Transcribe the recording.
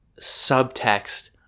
subtext